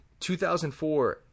2004